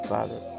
Father